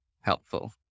helpful